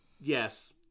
Yes